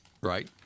Right